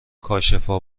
کاشفا